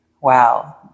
wow